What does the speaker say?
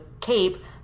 cape